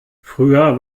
früher